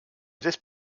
this